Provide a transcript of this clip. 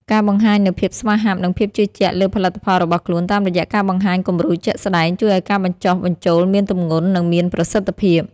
ការបង្ហាញនូវភាពស្វាហាប់ និងភាពជឿជាក់លើផលិតផលរបស់ខ្លួន តាមរយៈការបង្ហាញគំរូជាក់ស្ដែង ជួយឱ្យការបញ្ចុះបញ្ចូលមានទម្ងន់ និងមានប្រសិទ្ធភាព។